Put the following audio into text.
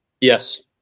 yes